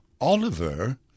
Oliver